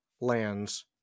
lands